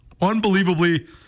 Unbelievably